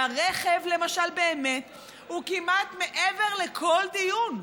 הרכב, למשל, הוא באמת כמעט מעבר לכל דיון.